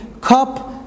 cup